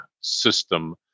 system